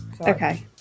okay